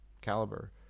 caliber